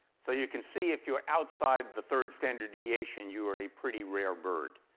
so you can see if you are outside the third standard deviation, you are a pretty rare bird,